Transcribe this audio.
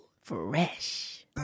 fresh